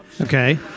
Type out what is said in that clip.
Okay